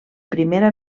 primera